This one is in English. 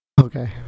Okay